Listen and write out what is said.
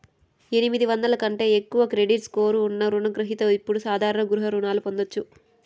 ఎనిమిది వందల కంటే ఎక్కువ క్రెడిట్ స్కోర్ ఉన్న రుణ గ్రహిత ఇప్పుడు సాధారణ గృహ రుణాలను పొందొచ్చు